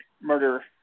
murder